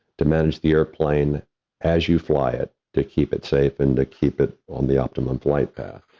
to manage the airplane as you fly it to keep it safe and to keep it on the optimum flight path.